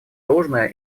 должное